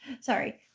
Sorry